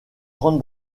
grande